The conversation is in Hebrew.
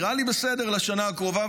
נראה לי בסדר לשנה הקרובה,